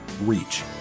reach